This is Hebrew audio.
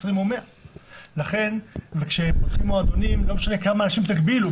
20 או 100. כשפותחים מועדונים לא משנה כמה אנשים תגבילו,